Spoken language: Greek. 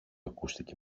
ακούστηκε